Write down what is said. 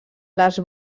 les